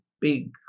big